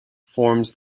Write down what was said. forms